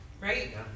right